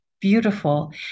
beautiful